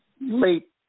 late